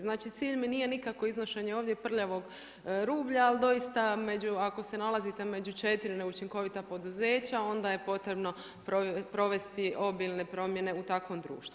Znači cilj mi nije nikako iznošenje ovdje prljavog rublja, ali doista među, ako se nalazite među 4 neučinkovita poduzeća onda je potrebno provesti obilne promjene u takvom društvu.